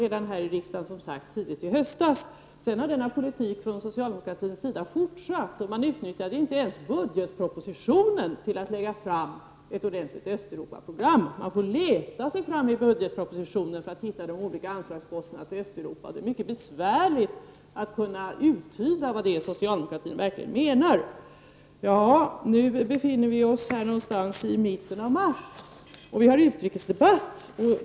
Detta framförde jag som sagt tidigt i höstas här i riksdagen. Sedan har denna politik från socialdemokratins sida fortsatt. Man utnyttjade inte ens budgetpropositionen till att lägga fram ett ordentligt Östeuropaprogram. Vi får leta oss fram i budgetpropositionen för att hitta de olika posterna med anslag till Östeuropa, och det är mycket besvärligt att där uttyda vad socialdemokratin verkligen menar. Nu befinner vi oss i mitten av mars, och vi har utrikesdebatt.